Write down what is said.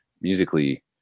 musically